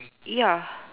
ya